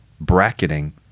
bracketing